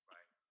Right